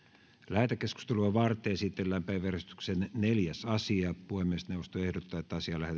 lähetekeskustelua varten esitellään päiväjärjestyksen neljäs asia puhemiesneuvosto ehdottaa